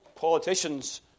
Politicians